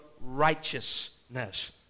righteousness